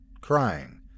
crying